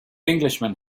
englishman